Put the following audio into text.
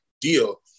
deal